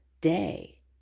day